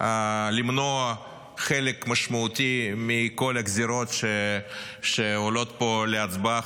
למנוע חלק משמעותי מכל הגזירות שעולות פה להצבעה,